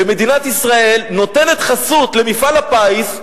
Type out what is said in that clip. ומדינת ישראל נותנת חסות למפעל הפיס,